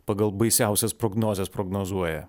pagal baisiausias prognozes prognozuoja